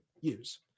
use